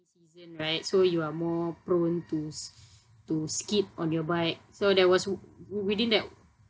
season right so you're more prone to s~ to skid on your bike so there was w~ w~ within that